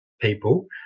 people